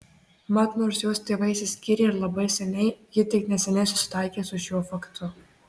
mat nors jos tėvai išsiskyrė ir labai seniai ji tik neseniai susitaikė su šiuo faktu